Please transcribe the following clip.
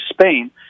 Spain